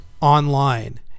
online